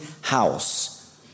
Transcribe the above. house